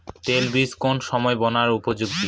তৈল বীজ কোন সময় বোনার উপযোগী?